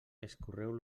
escorreu